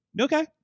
okay